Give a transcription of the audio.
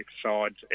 sides